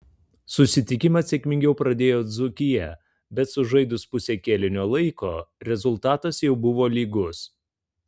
susitikimą sėkmingiau pradėjo dzūkija bet sužaidus pusę kėlinio laiko rezultatas jau buvo lygus